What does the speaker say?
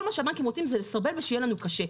כל מה שהבנקים רוצים זה לסרבל ושיהיה לנו קשה.